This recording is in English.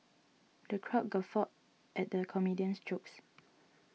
the crowd guffawed at the comedian's jokes